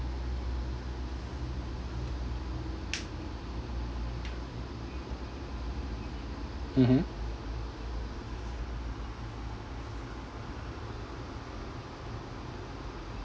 mmhmm